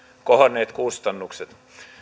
kohonneet kustannukset